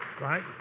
Right